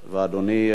ואדוני,